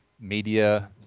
media